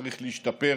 צריך להשתפר.